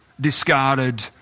discarded